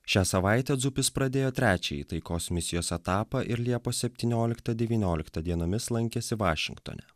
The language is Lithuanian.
šią savaitę dzupis pradėjo trečiąjį taikos misijos etapą ir liepos septynioliktą devynioliktą dienomis lankėsi vašingtone